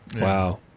Wow